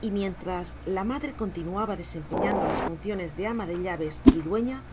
y mientras la madre continuaba desempeñando las funciones de ama de llaves y dueña